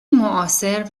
معاصر